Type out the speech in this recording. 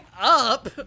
up